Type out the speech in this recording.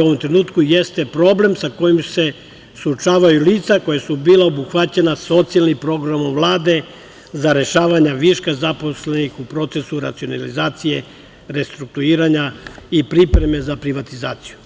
u ovom trenutku, jeste problem sa kojim se suočavaju lica, koja su bila obuhvaćena socijalnim programom Vlade za rešavanje viška zaposlenih u procesu racionalizacije, restrukturiranja i pripreme za privatizaciju.